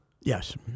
Yes